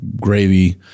gravy